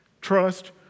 Trust